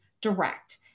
direct